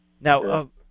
Now